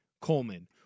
Coleman